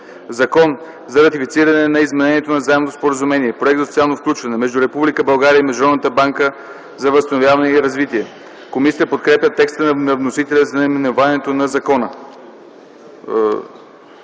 „Закон за ратифициране на Изменението на Заемното споразумение (Проект за социално включване) между Република България и Международната банка за възстановяване и развитие.” Комисията подкрепя текста на вносителя за наименованието на закона.